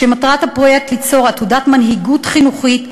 שמטרתו ליצור עתודת מנהיגות חינוכית.